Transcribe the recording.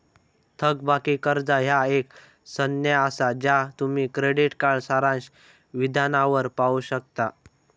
थकबाकी कर्जा ह्या एक संज्ञा असा ज्या तुम्ही क्रेडिट कार्ड सारांश विधानावर पाहू शकता